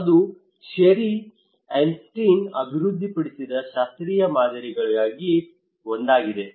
ಇದು Sherry Arnstein ಅಭಿವೃದ್ಧಿಪಡಿಸಿದ ಶಾಸ್ತ್ರೀಯ ಮಾದರಿಗಳಲ್ಲಿ ಒಂದಾಗಿದೆ